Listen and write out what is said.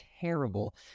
terrible